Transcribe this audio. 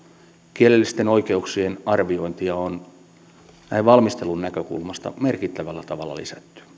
kielellisten oikeuksien arviointia on näin valmistelun näkökulmasta merkittävällä tavalla lisätty